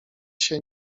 się